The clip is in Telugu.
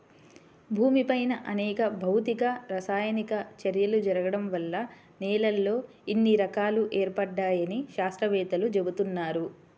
భూమిపైన అనేక భౌతిక, రసాయనిక చర్యలు జరగడం వల్ల నేలల్లో ఇన్ని రకాలు ఏర్పడ్డాయని శాత్రవేత్తలు చెబుతున్నారు